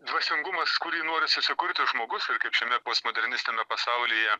dvasingumas kurį norisi sukurti žmogus ir kaip šiame postmodernistiniame pasaulyje